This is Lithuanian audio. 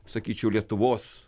sakyčiau lietuvos